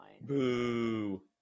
Boo